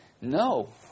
no